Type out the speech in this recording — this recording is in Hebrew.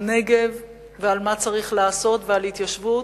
הנגב ועל מה צריך לעשות ועל התיישבות,